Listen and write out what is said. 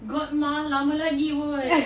godma lama lagi !oi!